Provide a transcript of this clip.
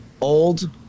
old